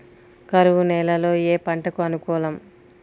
కరువు నేలలో ఏ పంటకు అనుకూలం?